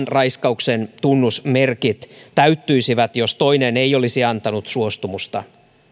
raiskauksen tunnusmerkit täyttyisivät jos toinen ei olisi antanut suostumusta